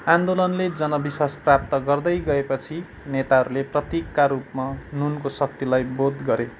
आन्दोलनले जनविश्वास प्राप्त गर्दै गएपछि नेताहरूले प्रतीकका रूपमा नुनको शक्तिलाई बोध गरे